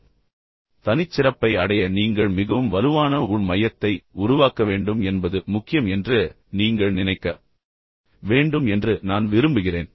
இப்போது தனிச்சிறப்பை அடைய நீங்கள் மிகவும் வலுவான உள் மையத்தை உருவாக்க வேண்டும் என்பது முக்கியம் என்று நீங்கள் நினைக்க வேண்டும் என்று நான் விரும்புகிறேன்